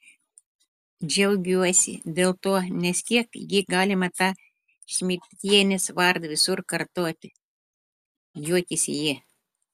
džiaugiuosi dėl to nes kiek gi galima tą šmidtienės vardą visur kartoti juokėsi ji